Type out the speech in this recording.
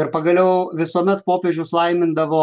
ir pagaliau visuomet popiežius laimindavo